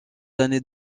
années